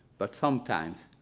but sometimes